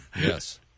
Yes